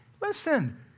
listen